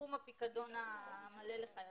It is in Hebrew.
סכום הפיקדון המלא לחיילים,